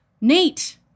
Nate